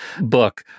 book